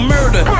Murder